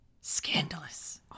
Scandalous